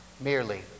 merely